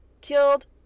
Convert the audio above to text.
killed